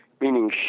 meaning